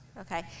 Okay